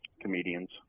comedians